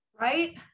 Right